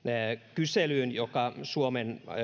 kyselyyn joka suomen